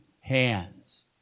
hands